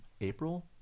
april